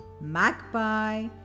magpie